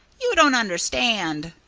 you don't understand,